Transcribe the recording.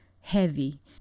heavy